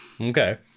Okay